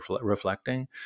reflecting